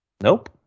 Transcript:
Nope